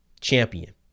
champion